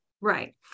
Right